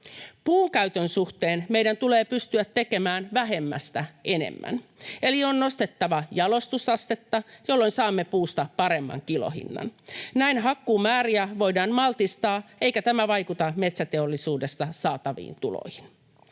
Puunkäytön suhteen meidän tulee pystyä tekemään vähemmästä enemmän, eli on nostettava jalostusastetta, jolloin saamme puusta paremman kilohinnan. Näin hakkuumääriä voidaan maltillistaa, eikä tämä vaikuta metsäteollisuudesta saataviin tuloihin.